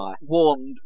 warned